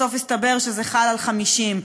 בסוף הסתבר שזה חל על 50,